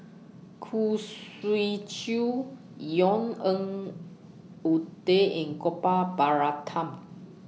Khoo Swee Chiow Yvonne Ng Uhde and Gopal Baratham